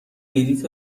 بلیط